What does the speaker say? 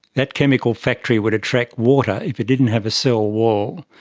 that chemical factory would attract water. if it didn't have a cell wall,